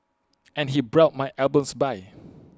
and he brought my albums by